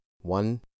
one